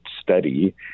study